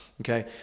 Okay